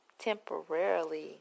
temporarily